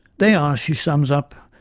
they are, she sums up,